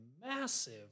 massive